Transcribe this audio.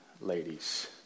ladies